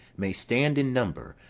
may stand in number,